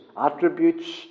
attributes